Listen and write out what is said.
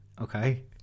okay